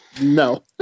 No